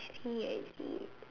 I see I see